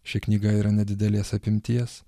ši knyga yra nedidelės apimties